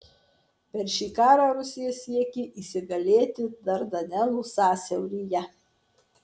per šį karą rusija siekė įsigalėti dardanelų sąsiauryje